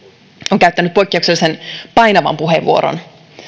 on käyttänyt poikkeuksellisen painavan puheenvuoron